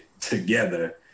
together